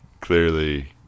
clearly